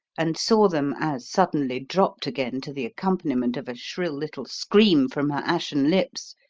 and saw them as suddenly dropped again to the accompaniment of a shrill little scream from her ashen lips,